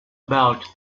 about